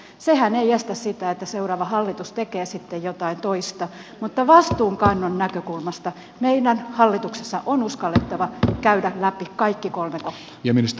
sehän ei estä sitä että seuraava hallitus tekee sitten jotain toista mutta vastuunkannon näkökulmasta meidän hallituksessa on uskallettava käydä läpi kaikki kolme kohtaa